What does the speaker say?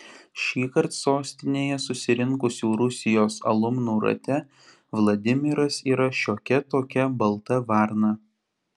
šįkart sostinėje susirinkusių rusijos alumnų rate vladimiras yra šiokia tokia balta varna